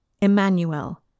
Emmanuel